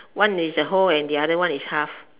one is a whole and the other one is half